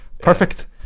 perfect